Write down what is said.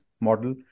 model